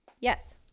Yes